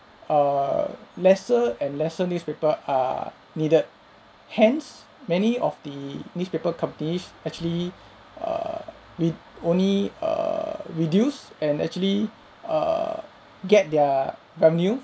err lesser and lesser newspaper are needed hence many of the newspaper companies actually err we only err reduce and actually err get their revenue